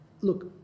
Look